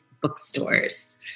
bookstores